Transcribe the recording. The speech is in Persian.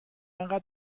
اینقدر